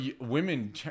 women